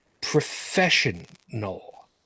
professional